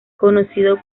conocido